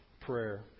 prayer